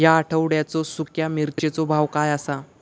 या आठवड्याचो सुख्या मिर्चीचो भाव काय आसा?